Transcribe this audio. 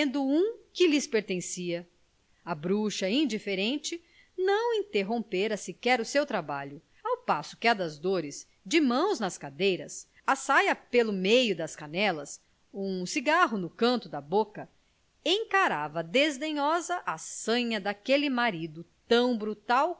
um que lhes pertencia a bruxa indiferente não interrompera sequer o seu trabalho ao passo que a das dores de mãos nas cadeiras a sala pelo meio das canelas um cigarro no canto da boca encarava desdenhosa a sanha daquele marido tão brutal